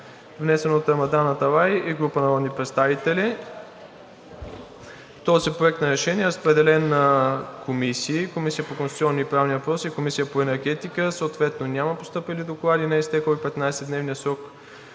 внесен от Рамадан Аталай и група народни представители. Този проект на решение е разпределен на Комисията по конституционни и правни въпроси и Комисията по енергетика. Съответно няма постъпили доклади, не е изтекъл и 15-дневният срок